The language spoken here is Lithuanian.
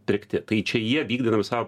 pirkti tai čia jie vykdydami savo